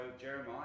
Jeremiah